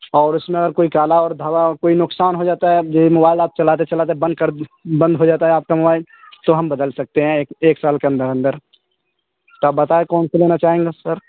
اور اس میں اگر کوئی کالا اور دھبا کوئی نقصان ہو جاتا ہے جیسے موبائل آپ چلاتے چلاتے بند کر بند ہو جاتا ہے آپ کا موبائل تو ہم بدل سکتے ہیں ایک ایک سال کے اندر اندر تو آپ بتائیں کون سا لینا چاہیں گے سر